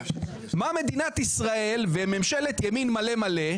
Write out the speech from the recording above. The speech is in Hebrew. מה מדינת ישראל וממשלת ימין מלא מלא,